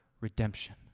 redemption